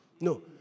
No